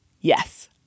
yes